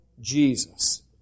Jesus